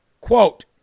Quote